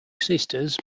sisters